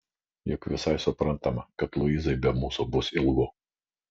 juk visai suprantama kad luizai be mūsų bus ilgu